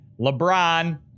LeBron